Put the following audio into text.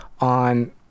on